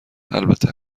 البته